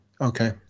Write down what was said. okay